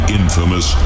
infamous